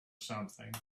something